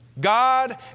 God